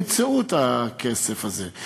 ימצאו את הכסף הזה.